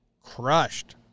crushed